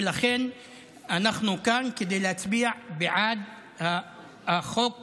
ולכן אנחנו כאן כדי להצביע בעד החוק הזה,